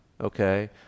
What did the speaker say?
okay